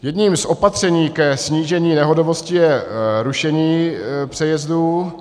Jedním z opatření ke snížení nehodovosti je rušení přejezdů.